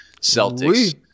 Celtics